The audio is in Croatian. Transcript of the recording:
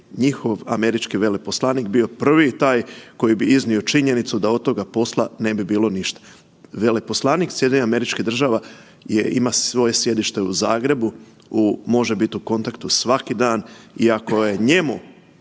njihov američki veleposlanik bio prvi taj koji bi iznio činjenicu da od toga posla ne bi bilo ništa. Veleposlanik SAD-a je ima svoje sjedište u Zagrebu, može biti u kontaktu svaki dan i ako je njemu